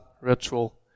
ritual